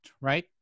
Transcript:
right